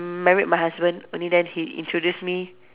married my husband only then he introduce me